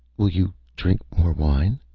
will you drink more wine?